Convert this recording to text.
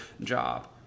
job